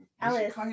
Alice